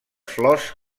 flors